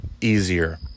easier